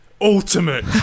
ultimate